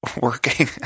working